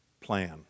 plan